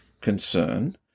concern